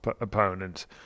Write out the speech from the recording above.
opponent